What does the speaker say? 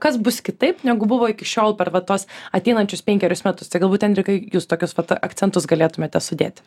kas bus kitaip negu buvo iki šiol per va tuos ateinančius penkerius metus tai galbūt enrikai jūs tokius vat akcentus galėtumėte sudėti